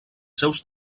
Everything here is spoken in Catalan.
seus